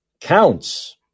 counts